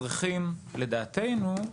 צריכים להיערך, לדעתנו,